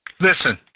Listen